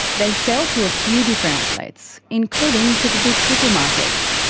they sell to a few different outlets, including to the big supermarkets.